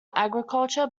agriculture